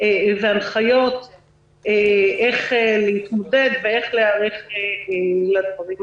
והנחיות איך להתמודד ואיך להיערך לדברים האלה.